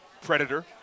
Predator